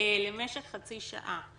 למשך חצי שעה.